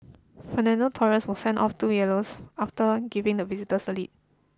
Fernando Torres was sent off two yellows after giving the visitors the lead